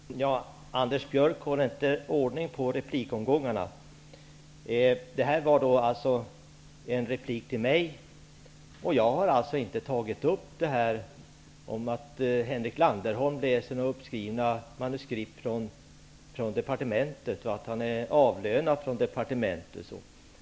Herr talman! Anders Björck håller inte ordning på replikomgångarna. Detta var en replik till mig, och jag har alltså inte sagt att Henrik Landerholm läser uppskrivna manuskript från departementet och att han är avlönad av departementet.